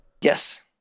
Yes